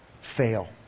fail